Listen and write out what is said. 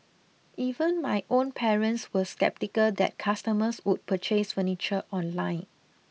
even my own parents were sceptical that customers would purchase furniture online